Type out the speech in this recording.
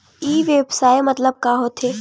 ई व्यवसाय मतलब का होथे?